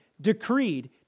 decreed